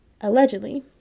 allegedly